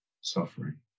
suffering